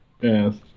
Yes